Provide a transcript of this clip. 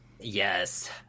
Yes